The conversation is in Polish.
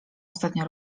ostatnio